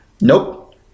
Nope